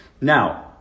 now